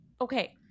Okay